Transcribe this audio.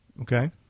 Okay